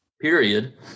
period